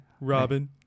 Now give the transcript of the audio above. Robin